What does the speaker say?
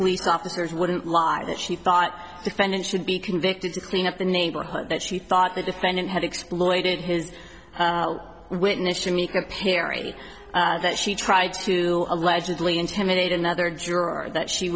police officers wouldn't lie that she thought defendant should be convicted to clean up the neighborhood that she thought the defendant had exploited his witness to make a perry that she tried to allegedly intimidate another juror that she